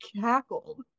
cackled